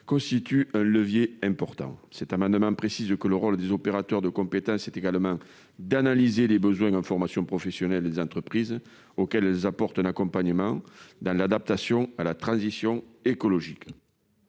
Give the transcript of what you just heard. constitue un levier important, cet amendement précise que le rôle des opérateurs de compétences est également d'analyser les besoins de formation professionnelle, les entreprises auxquelles elles apportent un accompagnement dans l'adaptation à la transition écologique.